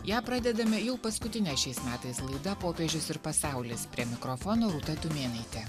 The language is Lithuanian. ją pradedame jau paskutine šiais metais laida popiežius ir pasaulis prie mikrofono rūta tumėnaitė